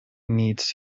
needs